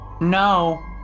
No